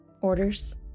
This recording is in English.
Orders